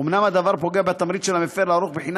אומנם הדבר פוגע בתמריץ של המפר לערוך בחינה